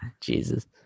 Jesus